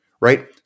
right